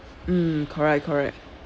mm correct correct